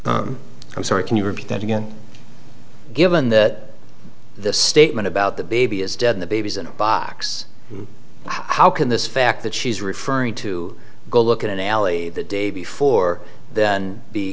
i'm sorry can you repeat that again given that the statement about the baby is dead the baby's in a box how can this fact that she's referring to go look at an alley the day before then be